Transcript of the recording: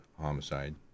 homicide